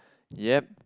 ya